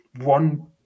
one